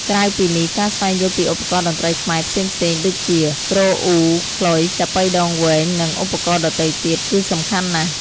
ក្រៅពីនេះ ការស្វែងយល់ពីឧបករណ៍តន្ត្រីខ្មែរផ្សេងៗ ដូចជា ទ្រអ៊ូ ខ្លុយ ចាប៉ីដងវែង និងឧបករណ៍ដទៃទៀត គឺសំខាន់ណាស់។